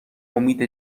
امید